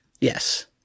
yes